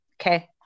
okay